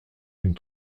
d’une